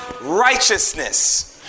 righteousness